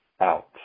out